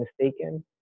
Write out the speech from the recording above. mistaken